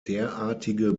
derartige